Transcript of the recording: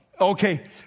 Okay